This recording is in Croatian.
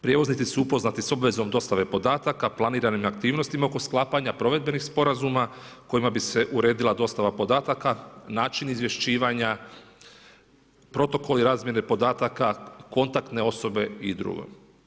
Prijevoznici su upoznati sa obvezom dostave podataka, planirane aktivnosti oko sklapanja, provedbenim sporazuma, kojim bi se uredila dostava podataka, način izvješćivanja, protokoli i razmjere podataka, kontaktne osobe i drugo.